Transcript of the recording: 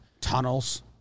Tunnels